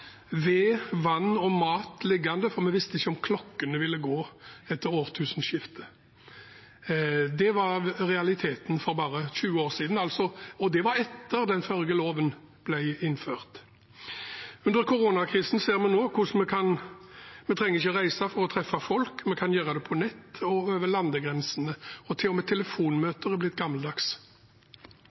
ved, vann og mat liggende, for vi visste ikke om klokkene ville gå etter årtusenskiftet. Det var altså realiteten for bare 20 år siden – og det var etter at den forrige loven ble innført. Under koronakrisen ser vi nå at vi ikke trenger å reise for å treffe folk, vi kan gjøre det på nett, også over landegrensene, og til og med telefonmøter er blitt gammeldags.